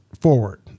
forward